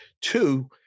Two